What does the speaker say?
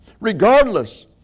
Regardless